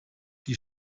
die